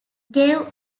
gave